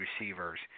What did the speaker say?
receivers